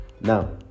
Now